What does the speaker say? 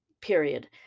period